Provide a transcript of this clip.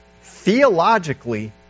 theologically